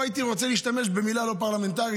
לא הייתי רוצה להשתמש במילה לא פרלמנטרית,